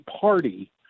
party